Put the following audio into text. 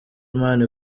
imana